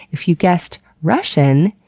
if you guessed russian,